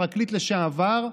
הפרקליט לשעבר,